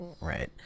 right